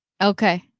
Okay